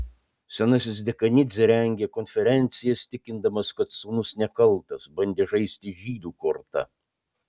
senasis dekanidzė rengė konferencijas tikindamas kad sūnus nekaltas bandė žaisti žydų korta